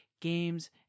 games